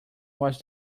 was